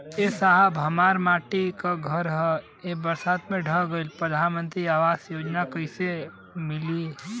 ए साहब हमार माटी क घर ए बरसात मे ढह गईल हमके प्रधानमंत्री आवास योजना क लाभ मिल जाई का?